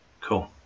cool